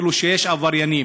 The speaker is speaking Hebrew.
כאילו יש עבריינים.